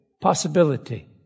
possibility